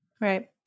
Right